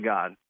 God